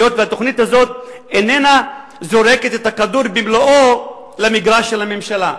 היות שהתוכנית הזאת איננה זורקת את הכדור במלואו למגרש של הממשלה,